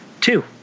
Two